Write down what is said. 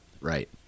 right